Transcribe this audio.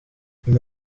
nyuma